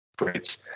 rates